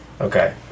Okay